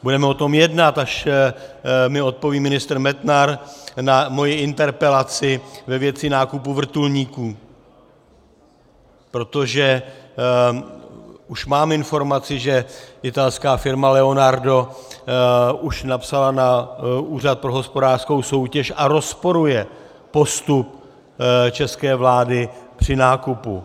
Budeme o tom jednat, až mi odpoví ministr Metnar na moji interpelaci ve věci nákupu vrtulníků, protože už mám informaci, že italská firma Leonardo už napsala na Úřad pro hospodářskou soutěž a rozporuje postup české vlády při nákupu.